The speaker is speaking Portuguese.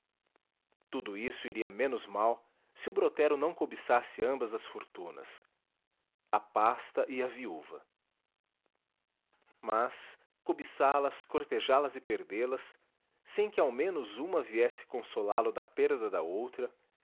tudo isso iria menos mal se o brotero não cobiçasse ambas as fortunas a pasta e a viúva mas cobiçá las cortejá las e perdê las sem que ao menos uma viesse consolá-lo da perda da outra